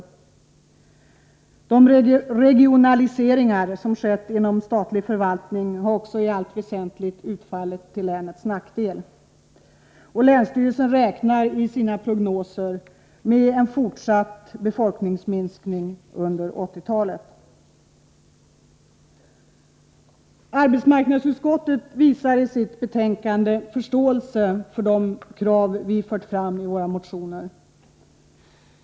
Också de regionaliseringar som har skett inom statlig förvaltning har i allt väsentligt utfallit till länets nackdel. Länsstyrelsen räknar i sina prognoser med en fortsatt befolkningsminskning under 1980-talet. Arbetsmarknadsutskottet visar i sitt betänkande förståelse för de krav som vi har fört fram i våra motioner.